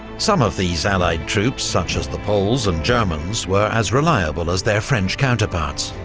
some of these allied troops, such as the poles and germans, were as reliable as their french counterparts.